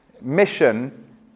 mission